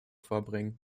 vorbringen